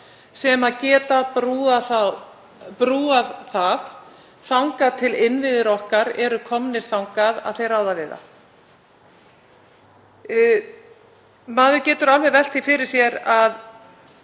sem geti þá brúað bilið þangað til innviðir okkar verði komnir þangað að þeir ráði við það. Maður getur alveg velt því fyrir sér að